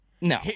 No